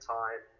time